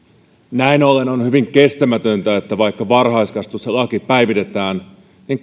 näin ollen on hyvin kestämätöntä että vaikka varhaiskasvatuslaki päivitetään niin